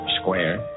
square